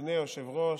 אדוני היושב-ראש,